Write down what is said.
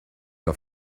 her